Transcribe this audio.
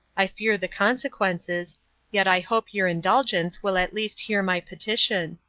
i fear the consequences yet i hope your indulgence will at least hear my petition.